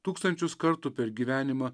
tūkstančius kartų per gyvenimą